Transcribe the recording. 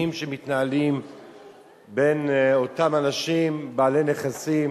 הוויכוחים שמתנהלים בין אותם אנשים בעלי נכסים